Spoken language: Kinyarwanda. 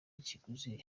ikiguzi